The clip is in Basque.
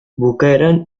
bukaeran